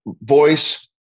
voice